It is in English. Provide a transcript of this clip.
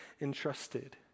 entrusted